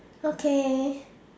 okay